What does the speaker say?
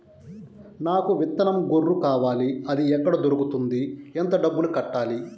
నాకు విత్తనం గొర్రు కావాలి? అది ఎక్కడ దొరుకుతుంది? ఎంత డబ్బులు కట్టాలి?